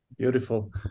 Beautiful